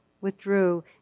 withdrew